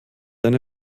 eine